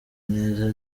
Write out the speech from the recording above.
neza